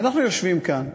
אנחנו יושבים כאן,